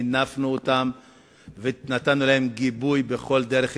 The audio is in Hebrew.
מינפנו ונתנו לה גיבוי בכל דרך אפשרית,